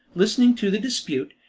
listening to the dispute,